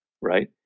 right